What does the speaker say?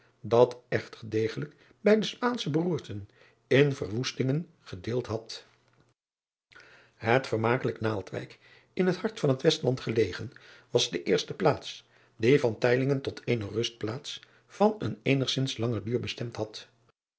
dat echter degelijk bij de paansche beroerten in de verwoestingen gedeeld had et vermakelijk aaldwijk in het hart van het estland gelegen was de eerste plaats die tot eene rustplaats van een eenigzins langer duur bestemd had